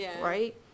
right